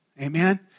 Amen